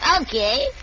Okay